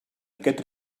aquest